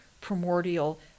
primordial